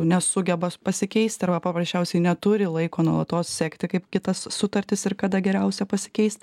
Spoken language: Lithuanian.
nesugeba pasikeist arba paprasčiausiai neturi laiko nuolatos sekti kaip kitas sutartis ir kada geriausia pasikeist